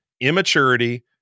immaturity